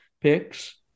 picks